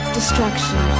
Destruction